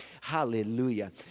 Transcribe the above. hallelujah